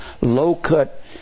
low-cut